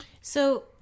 So-